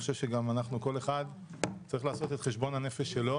כל אחד צריך לעשות את חשבון הנפש שלו